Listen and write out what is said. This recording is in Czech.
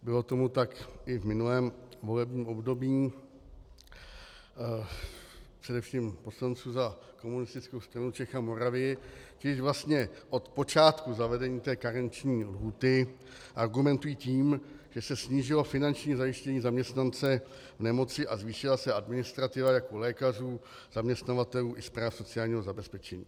Bylo tomu tak i v minulém volebním období, především poslanců za Komunistickou stranu Čech a Moravy, kteří od počátku zavedení té karenční lhůty argumentují tím, že se snížilo finanční zajištění zaměstnance v nemoci a zvýšila se administrativa jak u lékařů, zaměstnavatelů i správ sociálního zabezpečení.